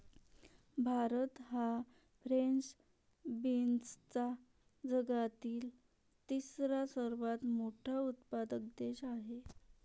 भारत हा फ्रेंच बीन्सचा जगातील तिसरा सर्वात मोठा उत्पादक देश आहे